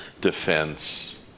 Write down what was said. defense